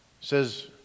says